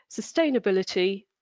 sustainability